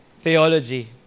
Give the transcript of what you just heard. theology